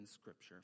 Scripture